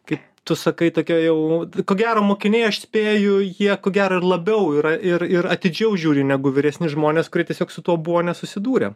kai tu sakai tokia jau ko gero mokiniai aš spėju jie ko geroir labiau yra ir ir atidžiau žiūri negu vyresni žmonės kurie tiesiog su tuo buvo nesusidūrę